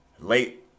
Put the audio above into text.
Late